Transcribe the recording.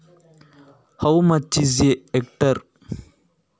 ಒಂದು ಹೆಕ್ಟೇರ್ ಎಂದರೆ ಎಷ್ಟು?